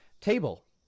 Table